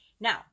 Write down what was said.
Now